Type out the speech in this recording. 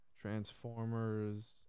transformers